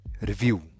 REVIEW